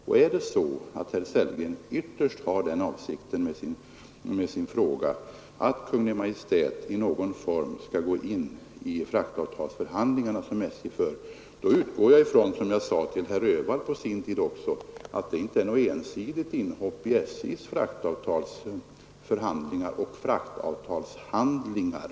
Om herr Sellgren ytterst har den avsikten med sin fråga att Kungl. Maj:t i någon form skall gå in i de fraktavtalsförhandlingar som SJ för, förutsätter jag — som jag också sade till herr Öhvall på sin tid — att det inte är fråga om något ensidigt inhopp i SJ:s fraktavtalsförhandlingar och fraktavtalshandlingar.